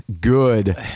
good